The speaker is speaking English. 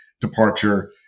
departure